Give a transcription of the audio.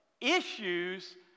issues